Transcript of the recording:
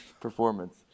Performance